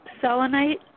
selenite